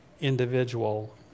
individual